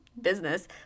business